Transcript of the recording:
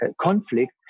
conflict